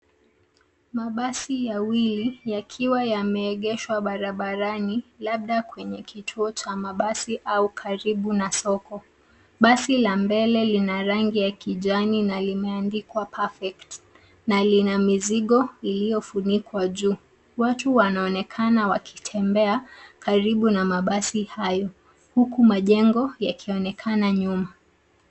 Mabasi mawili yakiwa yameegeshwa barabarani, labda kwenye kituo cha mabasi au karibu na soko. Basi la mbele lina rangi ya kijani na limeandikwa Perfect na lina mizigo iliyofunikwa juu. Watu wanaonekana wakitembea karibu na mabasi hayo. Huku majengo yakionekana nyuma.